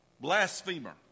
blasphemer